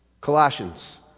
Colossians